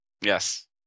Yes